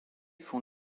font